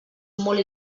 molt